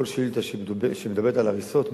שכל שאילתא שמדברת על הריסות,